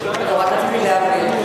לא, רק רציתי להבהיר.